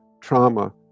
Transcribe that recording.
trauma